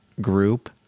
group